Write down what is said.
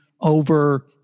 over